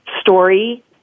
story